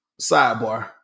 sidebar